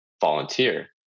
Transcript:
volunteer